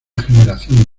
generación